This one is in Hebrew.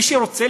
מי שרוצה,